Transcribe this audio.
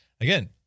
Again